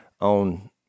on